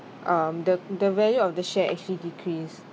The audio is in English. um the the value of the share actually decrease